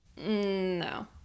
no